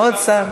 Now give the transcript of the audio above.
יש לנו עוד שר.